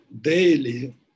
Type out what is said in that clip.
daily